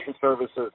services